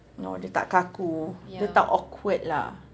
orh dia tak kaku dia tak awkward lah